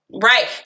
Right